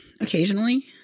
Occasionally